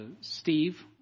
steve